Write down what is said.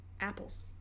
apples